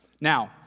Now